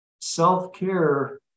self-care